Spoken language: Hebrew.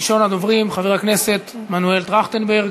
ראשון הדוברים, חבר הכנסת מנואל טרכטנברג.